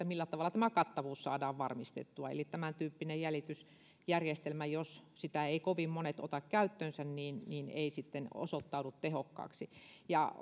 millä tavalla tämä kattavuus saadaan varmistettua eli tämäntyyppinen jäljitysjärjestelmä jos sitä eivät kovin monet ota käyttöönsä ei osoittaudu tehokkaaksi ja